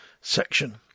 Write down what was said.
section